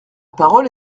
parole